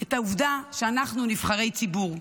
את העובדה שאנחנו נבחרי ציבור.